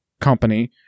company